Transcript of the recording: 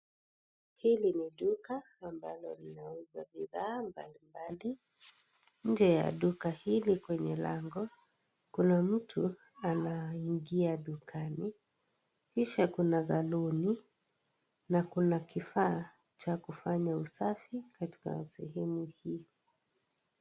Hili ni duka ambalo linauzwa bidhaa mbali mbali. Nje ya duka hili kwenye lango, kuna mtu anaingia dukani kisha kuna saluni na kuna kifaa cha kufanya usafi katika sehemu hiyo.